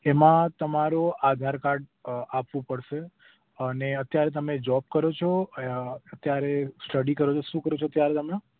એમાં તમારો આધાર કાર્ડ આપવું પડશે અને અત્યારે તમે જોબ કરો છો અત્યારે સ્ટડી કરો છો શું કરો છો અત્યારે હમણાં